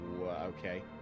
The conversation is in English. Okay